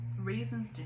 reasons